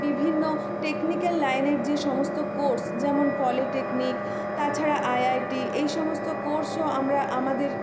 বিভিন্ন টেকনিক্যাল লাইনের যে সমস্ত কোর্স যেমন পলিটেকনিক তাছাড়া আইআইটি এই সমস্ত কোর্সও আমরা আমাদের